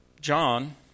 John